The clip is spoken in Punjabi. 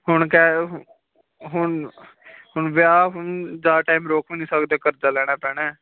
ਹੁਣ ਕਹਿ ਹੁਣ ਹੁਣ ਵਿਆਹ ਹੁਣ ਜ਼ਿਆਦਾ ਟਾਈਮ ਰੋਕ ਵੀ ਨਹੀਂ ਸਕਦੇ ਕਰਜ਼ਾ ਲੈਣਾ ਪੈਣਾ